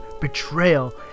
betrayal